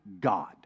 God